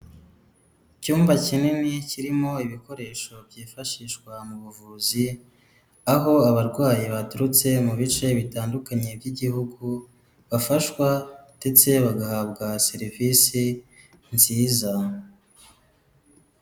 Icyumba kinini kirimo ibikoresho byifashishwa mu buvuzi. Aho abarwayi baturutse mu bice bitandukanye by'igihugu bafashwa, ndetse bagahabwa serivisi nziza.